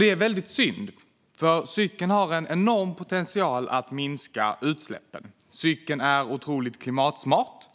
Det är väldigt synd, för cykeln har en enorm potential att minska utsläppen. Cykeln är otroligt klimatsmart.